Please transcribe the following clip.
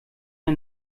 der